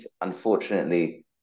unfortunately